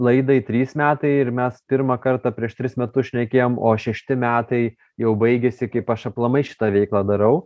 laidai trys metai ir mes pirmą kartą prieš tris metus šnekėjome o šešti metai jau baigėsi kaip aš aplamai šitą veiklą darau